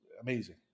Amazing